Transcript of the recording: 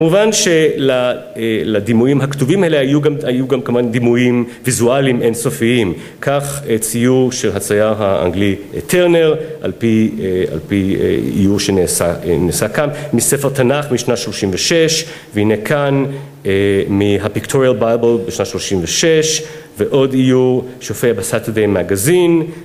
‫כמובן שלדימויים הכתובים האלה ‫היו גם כמובן דימויים ויזואליים אינסופיים. ‫כך ציור של הצייר האנגלי טרנר, ‫על פי איור שנעשה כאן, ‫מספר תנ״ך משנה 36, ‫והנה כאן מהפיקטוריאל בייבל בשנה 36, ‫ועוד איור שהופיע בסטרדיי מגזין,